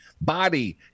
body